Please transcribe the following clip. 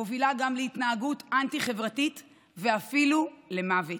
מוביל גם להתנהגות אנטי-חברתית ואפילו למוות.